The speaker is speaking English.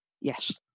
yes